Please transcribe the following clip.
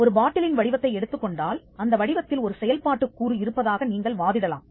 ஒரு பாட்டிலின் வடிவத்தை எடுத்துக் கொண்டால் அந்த வடிவத்தில் ஒரு செயல்பாட்டுக் கூறு இருப்பதாக நீங்கள் வாதிடலாம்